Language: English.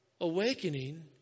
awakening